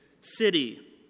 city